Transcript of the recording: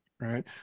Right